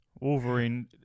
Wolverine